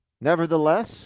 Nevertheless